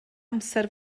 amser